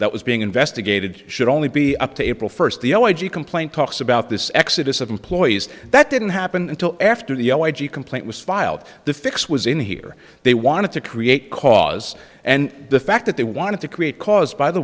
that was being investigated should only be up to april first the elegy complaint talks about this exodus of employees that didn't happen until after the complaint was filed the fix was in here they wanted to create cause and the fact that they wanted to create caused by the